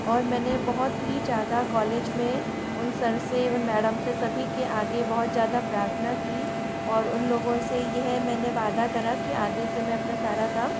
और मैंने बहुत ही ज़्यादा कॉलेज में उन सर से उन मैडम से सभी के आगे बहुत ज़्यादा प्रार्थना की और उन लोगों से यह मैंने वादा करा कि आगे से मैं अपना सारा काम